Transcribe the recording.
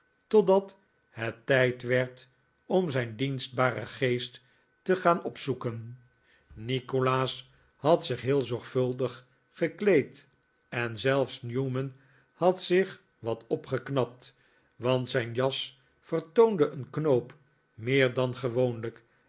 totdat het tijd werd om zijn dienstbaren geest te gaan opzoeken nikolaas had zich heel zorgvuldig gekleed en zelfs newman had zich wat opgeknapt want zijn jas vertoonde een knoop meer dan gewoonlijk